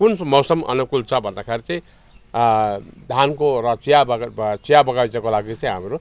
कुन मौसम अनुकुल छ भन्दाखेरि चाहिँ धानको र चिया बगानको चिया बगैँचाको लागि चाहिँ हाम्रो